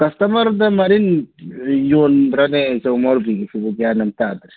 ꯀꯁꯇꯃꯔꯗ ꯃꯔꯤꯟ ꯌꯣꯟꯕ꯭ꯔꯅꯦ ꯏꯆꯧ ꯃꯧꯔꯨꯕꯤꯒꯤꯁꯤꯕꯨ ꯒ꯭ꯌꯥꯟ ꯑꯃ ꯇꯥꯗ꯭ꯔꯦ